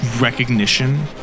recognition